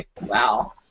Wow